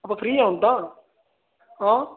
ਆਪਾਂ ਫ੍ਰੀ ਹਾਂ ਹੁਣ ਤਾਂ ਹਾਂ